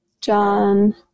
John